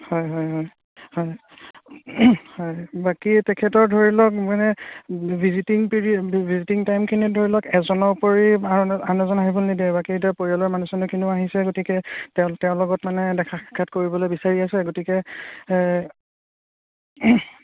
হয় হয় হয় হয় হয় বাকী তেখেতৰ ধৰি লওক মানে ভিজিটিং পিৰিয়ড ভিজিটিং টাইমখিনি ধৰি লওক এজনৰ ওপৰি আন আন এজন আহিবলৈ নিদিয়ে বাকী এতিয়া পৰিয়ালৰ মানুহ চানুহখিনিও আহিছে গতিকে তেওঁ তেওঁৰ লগত মানে দেখা সাক্ষাৎ কৰিবলৈ বিচাৰি আছে গতিকে